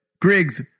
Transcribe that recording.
Griggs